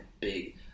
big